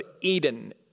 Eden